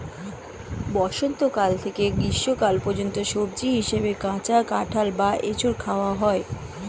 বসন্তকাল থেকে গ্রীষ্মকাল পর্যন্ত সবজি হিসাবে কাঁচা কাঁঠাল বা এঁচোড় খাওয়া হয়